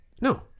no